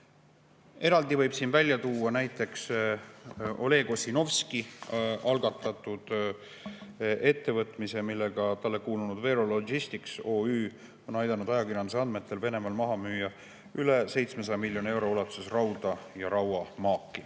Eraldi võib siin välja tuua näiteks Oleg Ossinovski algatatud ettevõtmise. Talle kuulunud Vero Logistics OÜ on aidanud ajakirjanduse andmetel Venemaal maha müüa üle 700 miljoni euro [väärtuses] rauda ja rauamaaki.